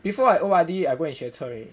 before I O_R_D I go and 学车 already